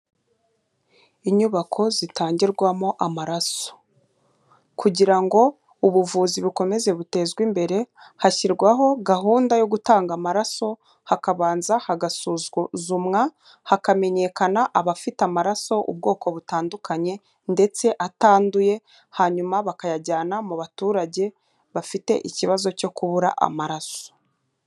Inyubako zitangirwamo amaraso. Kugira ngo ubuvuzi bukomeze butezwe imbere hashyirwaho gahunda yo gutanga amaraso, hakabanza hagasuzumwa hakamenyekana abafite amaraso ubwoko butandukanye, ndetse atanduye, hanyuma bakayajyana mu baturage bafite ikibazo cyo kubura amaraso.